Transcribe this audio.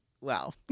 wow